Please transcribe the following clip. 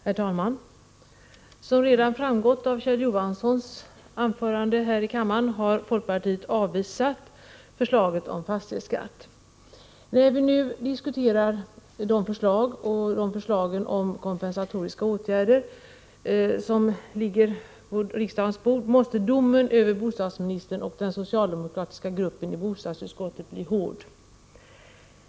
Herr talman! Som redan framgått av Kjell Johanssons anförande här i kammaren har folkpartiet avvisat förslaget om fastighetsskatt. När vi nu diskuterar de förslag om fastighetsskatt och om kompensatoriska åtgärder som ligger på riksdagens bord, måste domen över bostadsministern och den socialdemokratiska gruppen i bostadsutskottet bli hård.